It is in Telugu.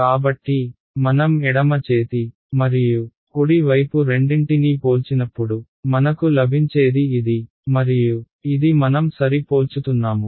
కాబట్టి మనం ఎడమ చేతి మరియు కుడి వైపు రెండింటినీ పోల్చినప్పుడు మనకు లభించేది ఇది మరియు ఇది మనం సరి పోల్చుతున్నాము